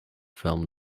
film